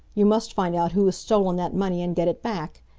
you must find out who has stolen that money and get it back.